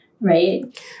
right